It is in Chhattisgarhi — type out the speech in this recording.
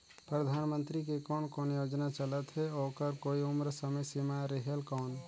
परधानमंतरी के कोन कोन योजना चलत हे ओकर कोई उम्र समय सीमा रेहेल कौन?